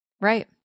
right